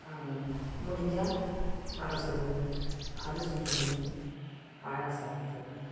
முடிஞ்சால் வடை சுடுவோம் அதிர்சோம் சுடுவோம் பாயாசம் வைப்போம்